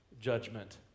judgment